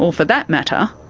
for that matter,